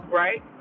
right